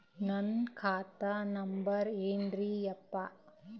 ನನ್ನ ಖಾತಾ ನಂಬರ್ ಏನ್ರೀ ಯಪ್ಪಾ?